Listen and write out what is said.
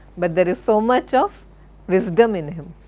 but there is so much of wisdom in him.